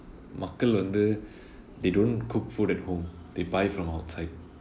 மக்கள் வந்து:makkal vanthu they don't cook food at home they buy from outside